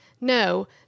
no